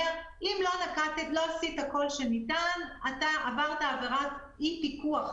אומר שאם לא עשית כל שניתן, עברת עבירת אי פיקוח,